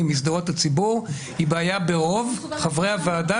משדרות הציבור היא בעיה ברוב חברי הוועדה,